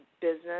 business